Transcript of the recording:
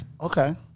Okay